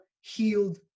healed